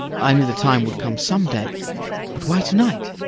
i knew the time would come some day but why to-night?